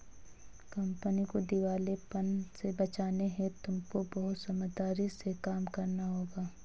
company को दिवालेपन से बचाने हेतु तुमको बहुत समझदारी से काम करना होगा